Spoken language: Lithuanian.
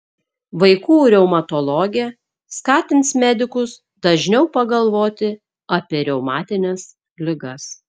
vaikų reumatologė skatins medikus dažniau pagalvoti apie reumatines ligas